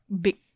big